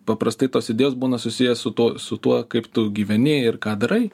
paprastai tos idėjos būna susiję su tuo su tuo kaip tu gyveni ir ką darai